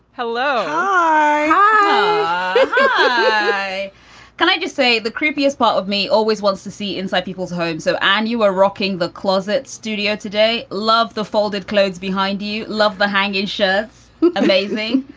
hello i can i can i just say the creepiest part of me always wants to see inside people's homes, so. and you are rocking the closet studio today. love the folded clothes behind you. love the hanging shirt amazing.